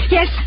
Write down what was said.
Yes